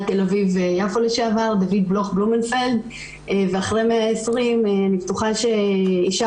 תל אביב-יפו לשעבר דוד בלוך בלומנפלד ואחרי 120 אני בטוחה שאישה